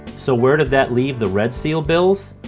so where did that leave the red seal bills?